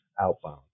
outbound